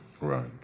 right